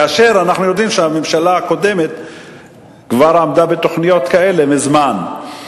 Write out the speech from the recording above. כאשר אנחנו יודעים שהממשלה הקודמת כבר עמדה בתוכניות כאלה מזמן,